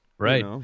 Right